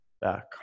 back